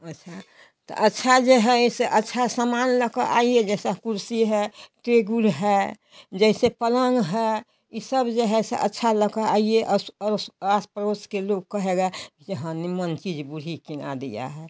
अच्छा तो अच्छा ये है ऐसे अच्छा समान लेके आइए जैसा कुर्सी है टेगुर है जैसे पलंग है ये सब जो है ऐसे अच्छा लेकर आइए और और आस पड़ोस के लोग कहेगा कि हाँ निमंची जी बूढ़ी के ना दिया है